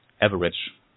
average